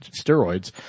steroids